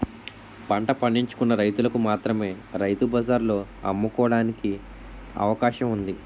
పంట పండించుకున్న రైతులకు మాత్రమే రైతు బజార్లలో అమ్ముకోవడానికి అవకాశం ఉంది